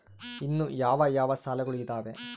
ಇನ್ನು ಯಾವ ಯಾವ ಸಾಲಗಳು ಇದಾವೆ?